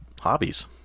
hobbies